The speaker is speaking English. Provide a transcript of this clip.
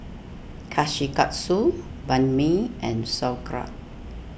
Kushikatsu Banh Mi and Sauerkraut